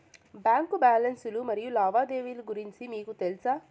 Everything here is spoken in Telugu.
బ్యాంకు బ్యాలెన్స్ లు మరియు లావాదేవీలు గురించి మీకు తెల్సా?